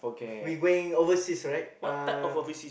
we going overseas right uh